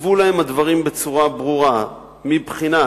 שהוצבו להם הדברים בצורה ברורה מבחינת